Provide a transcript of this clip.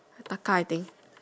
Taka I think